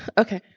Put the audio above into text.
okay